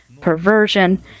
perversion